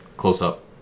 close-up